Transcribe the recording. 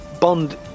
Bond